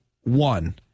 one